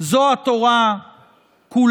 זו התורה כולה.